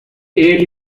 ele